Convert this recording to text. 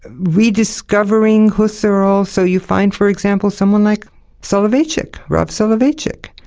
rediscovering husserl, so you find for example someone like soloveitchik, rav soloveitchik,